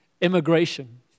immigration